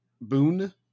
boon